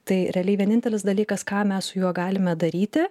tai realiai vienintelis dalykas ką mes su juo galime daryti